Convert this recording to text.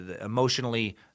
emotionally